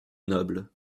noble